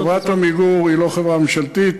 חברת "עמיגור" היא לא חברה ממשלתית.